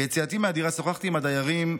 ביציאתי מהדירה שוחחתי עם הדיירים.